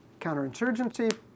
counterinsurgency